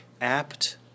apt